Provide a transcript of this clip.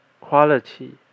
quality